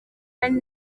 kandi